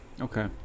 okay